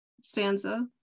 stanza